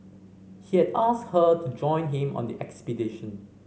he had asked her to join him on the expedition